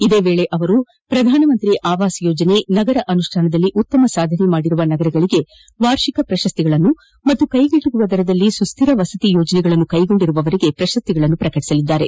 ಇದೇ ವೇಳೆ ಅವರು ಪ್ರಧಾನಮಂತ್ರಿ ಆವಾಸ್ ಯೋಜನೆ ನಗರ ಅನುಷ್ಠಾನದಲ್ಲಿ ಉತ್ತಮ ಸಾಧನೆ ಮಾಡಿರುವ ನಗರಗಳಿಗೆ ವಾರ್ಷಿಕ ಪ್ರಶಸ್ತಿಗಳನ್ನು ಹಾಗೂ ಕೈಗೆಟಕುವ ದರದಲ್ಲಿ ಸುಸ್ತಿರ ವಸತಿ ಯೋಜನೆಗಳನ್ನು ಕೈಗೊಂಡಿರುವವರಿಗೆ ಪ್ರಶಸ್ತಿಯನ್ನು ಪ್ರಕಟಿಸುವರು